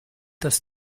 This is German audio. das